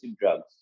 drugs